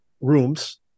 rooms